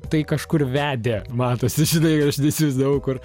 tai kažkur vedė matosi žinai aš neįsivaizdavau kur